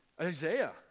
Isaiah